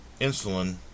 insulin